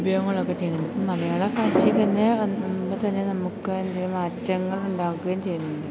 ഉപയോഗങ്ങളൊക്കെ ചെയ്യുന്നുണ്ട് ഈ മലയാള ഭാഷയിൽ തന്നെ മുൻപ് തന്നെ നമുക്ക് എന്തേലും മാറ്റങ്ങൾ ഉണ്ടാകുകയും ചെയ്യുന്നുണ്ട്